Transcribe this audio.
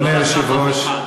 אדוני היושב-ראש,